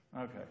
okay